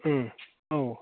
औ